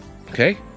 okay